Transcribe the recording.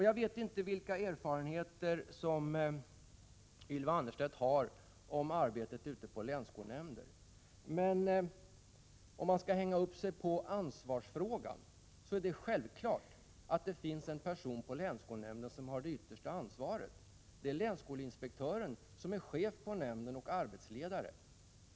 Jag vet inte vilka erfarenheter som Ylva Annerstedt har av arbetet ute på länsskolnämnderna, men för den händelse att det hela hänger på ansvarsfrågan vill jag peka på att det självfallet på varje länsskolnämnd finns en person som har det yttersta ansvaret, nämligen länsskolinspektören, som är chef för nämnden och som är dess arbetsledare.